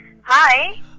Hi